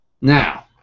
Now